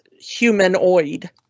humanoid